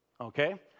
Okay